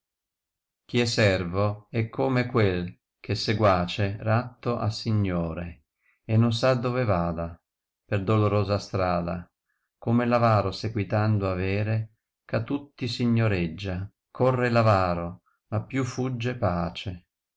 chi è servo è come quel ch è seguace ratto a signore e non sa dove vada per dolorosa strada come r avaro seguitando avere ch a tutti signoreggia corre t avaro ma più fugge pace